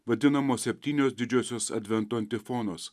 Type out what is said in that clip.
vadinamos septynios didžiosios advento antifonos